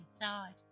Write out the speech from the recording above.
inside